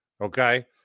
okay